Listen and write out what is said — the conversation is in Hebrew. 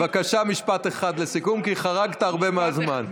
בבקשה, משפט אחד לסיכום, כי חרגת הרבה מהזמן.